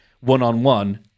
one-on-one